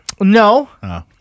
No